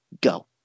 go